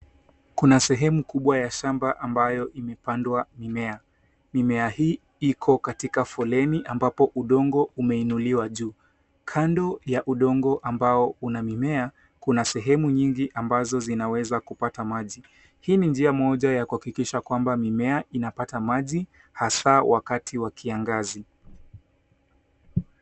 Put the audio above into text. Kuna sehemu kubwa ya shamba ambayo imepandwa mimea. Mimea hii iko katika foleni ambapo udongo umeinuliwa juu. Kando ya udongo ambao una mimea, kuna sehemu nyingi ambazo zinaweza kupata maji. Hii ni njia moja ya kuhakikisha kwamba mimea inapata maji hasa wakati wa kiangazi.